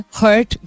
hurt